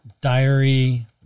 diary